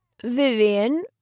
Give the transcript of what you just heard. Vivian